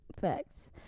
Facts